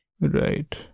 Right